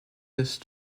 dish